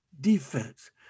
defense